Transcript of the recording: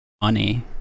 money